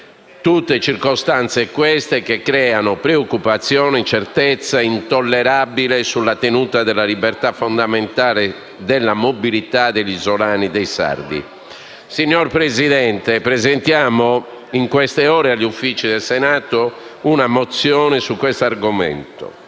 tutte circostanze queste che creano preoccupazione e incertezza intollerabile sulla tenuta della libertà fondamentale della mobilità degli isolani e dei sardi. Signor Presidente, presentiamo in queste ore agli uffici del Senato una mozione sull'argomento